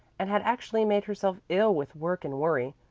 and had actually made herself ill with work and worry.